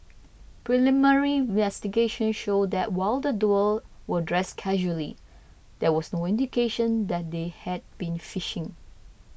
preliminary investigations showed that while the duo were dressed casually there was no indication that they had been fishing